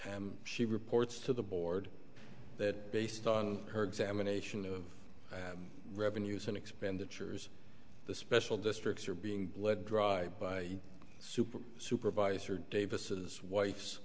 and she reports to the board that based on her examination of revenues and expenditures the special districts are being bled dry by super supervisor davis's wife's